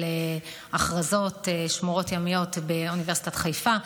הכרזות שמורות ימיות באוניברסיטת חיפה.